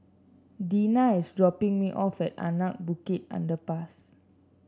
Dina is dropping me off at Anak Bukit Underpass